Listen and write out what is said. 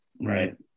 right